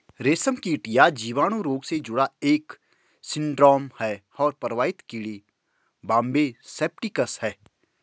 रेशमकीट यह जीवाणु रोग से जुड़ा एक सिंड्रोम है और प्रभावित कीड़े बॉम्बे सेप्टिकस है